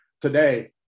today